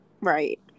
Right